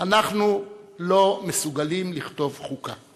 אנחנו לא מסוגלים לכתוב חוקה.